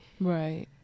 Right